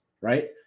right